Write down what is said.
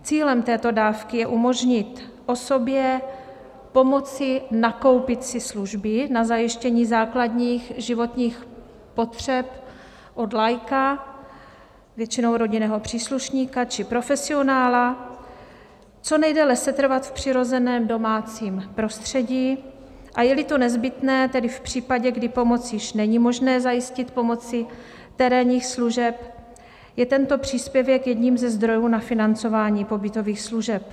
Cílem této dávky je umožnit osobě pomoci nakoupit si služby na zajištění základních životních potřeb od laika, většinou rodinného příslušníka, či profesionála, co nejdéle setrvat v přirozeném domácím prostředí, a jeli to nezbytné, tedy v případě, kdy pomoc již není možné zajistit pomocí terénních služeb, je tento příspěvek jedním ze zdrojů na financování pobytových služeb.